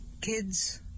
Kids